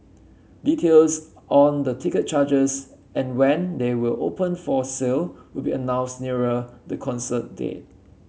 details on the ticket charges and when they will open for sale will be announced nearer the concert date